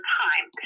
time